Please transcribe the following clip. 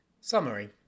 Summary